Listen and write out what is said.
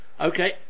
Okay